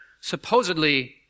supposedly